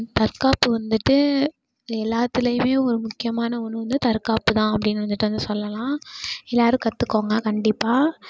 தற்காப்பு வந்துட்டு எல்லாத்துலயுமே ஒரு முக்கியமான ஒன்று வந்து தற்காப்பு தான் அப்படின்னு வந்துட்டு அதை சொல்லலாம் எல்லாேரும் கற்றுக்கோங்க கண்டிப்பாக